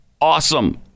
Awesome